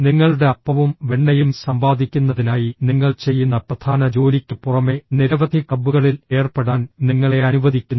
നിങ്ങളുടെ അപ്പവും വെണ്ണയും സമ്പാദിക്കുന്നതിനായി നിങ്ങൾ ചെയ്യുന്ന പ്രധാന ജോലിക്ക് പുറമെ നിരവധി ക്ലബ്ബുകളിൽ ഏർപ്പെടാൻ നിങ്ങളെ അനുവദിക്കുന്നു